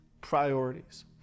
priorities